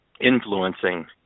influencing